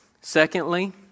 Secondly